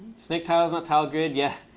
snake tiles in the tile grid. yeah.